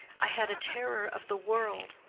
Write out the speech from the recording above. i had a terror of the world.